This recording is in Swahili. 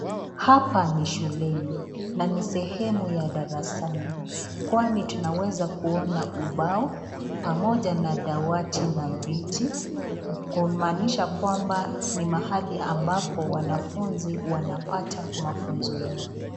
Hapa ni shuleni na ni sehemu ya darasani kwani tunaweza kuona ubao pamoja na dawati na viti kumanisha kwamba ni mahali ambapo wanafunzi wanapata mafunzo yao.